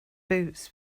boots